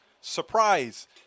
Surprise